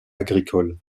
agricoles